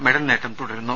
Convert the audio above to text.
മെഡൽനേട്ടം തുടരുന്നു